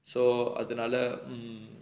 so அதுனால்:athunaal um